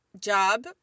job